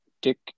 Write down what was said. Dick